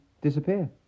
disappear